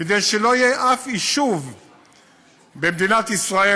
כדי שלא יהיה אף יישוב במדינת ישראל